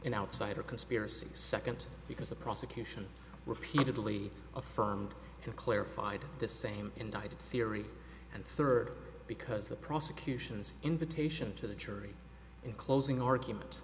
an outsider conspiracy second because a prosecution repeatedly affirmed it clarified the same indicted theory and third because the prosecution's invitation to the jury in closing argument